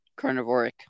carnivoric